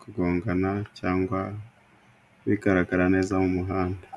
kugongana cyangwa bigaragara neza mu muhanda.